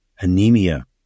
anemia